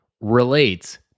relates